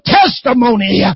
testimony